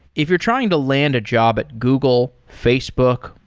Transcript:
if you're trying to land a job at google, facebook,